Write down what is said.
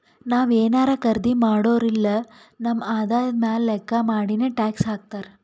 ನಾವ್ ಏನಾರೇ ಖರ್ದಿ ಮಾಡುರ್ ಇಲ್ಲ ನಮ್ ಆದಾಯ ಮ್ಯಾಲ ಲೆಕ್ಕಾ ಮಾಡಿನೆ ಟ್ಯಾಕ್ಸ್ ಹಾಕ್ತಾರ್